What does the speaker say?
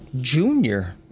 junior